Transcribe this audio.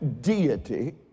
deity